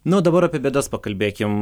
nu o dabar apie bėdas pakalbėkim